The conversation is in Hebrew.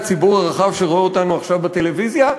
הציבור הרחב שרואה אותנו עכשיו בטלוויזיה,